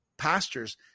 pastors